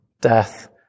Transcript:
death